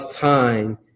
time